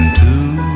two